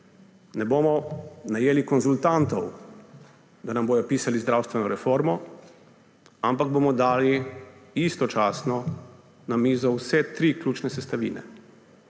ne bomo najeli konzultantov, da nam bodo pisali zdravstveno reformo, ampak bomo dali istočasno na mizo vse tri ključne sestavine.